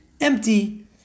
empty